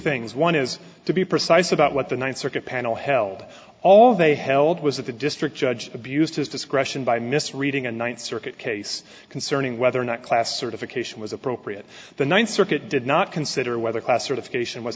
things one is to be precise about what the ninth circuit panel held all they held was that the district judge abused his discretion by misreading a ninth circuit case concerning whether or not class certification was appropriate the ninth circuit did not consider whether class certification was